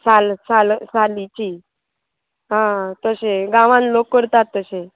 साल साल सालीची आ तशें गांवान लोक करतात तशें